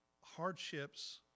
hardships